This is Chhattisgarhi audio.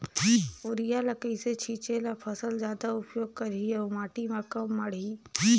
युरिया ल कइसे छीचे ल फसल जादा उपयोग करही अउ माटी म कम माढ़ही?